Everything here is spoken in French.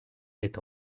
est